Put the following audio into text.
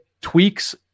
tweaks